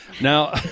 Now